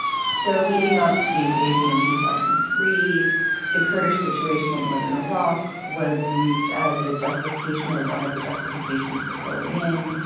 so leading up to the invasion in two thousand and three the kurdish situation in northern iraq was used as a justification or one of the justifications for going in.